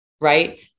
Right